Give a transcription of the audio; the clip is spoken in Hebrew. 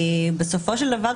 בסופו של דבר,